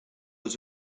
was